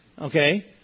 Okay